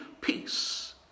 peace